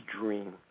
dream